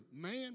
man